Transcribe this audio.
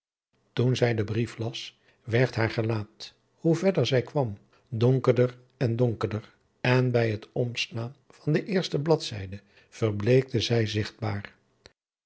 toen zij den brief las werd haar gelaat hoe verder zij kwam donkerder en donkerder en bij het omslaan van de eerste bladzijde verbleekte zij zigtbaar